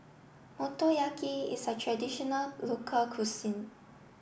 Motoyaki is a traditional local cuisine